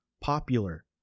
popular